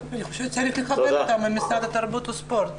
אני חושבת צריך לחבר אותם למשרד התרבות והספורט.